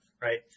right